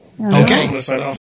Okay